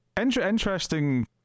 Interesting